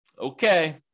Okay